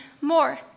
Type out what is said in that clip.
more